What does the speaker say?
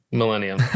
millennium